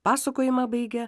pasakojimą baigia